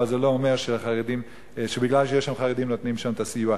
אבל זה לא אומר שמכיוון שיש שם חרדים נותנים שם סיוע.